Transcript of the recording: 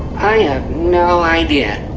i have no idea.